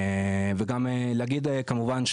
וגם להגיד כמובן,